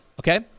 okay